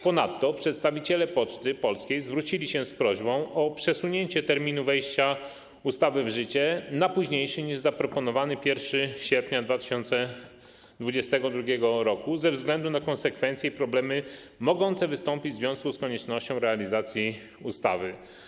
Ponadto przedstawiciele Poczty Polskiej zwrócili się z prośbą o przesunięcie terminu wejścia ustawy w życie na późniejszy niż zaproponowany 1 sierpnia 2022 r. ze względu na konsekwencje i problemy mogące wystąpić w związku z koniecznością realizacji ustawy.